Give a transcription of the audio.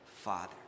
father